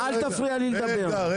רגע, רגע.